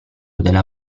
della